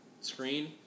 screen